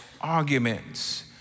arguments